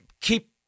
keep